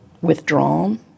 withdrawn